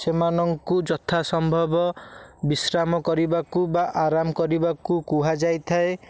ସେମାନଙ୍କୁ ଯଥା ସମ୍ଭବ ବିଶ୍ରାମ କରିବାକୁ ବା ଆରାମ କରିବାକୁ କୁହାଯାଇଥାଏ